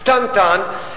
קטנטן,